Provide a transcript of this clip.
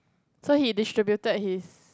so he distributed his